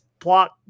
Plot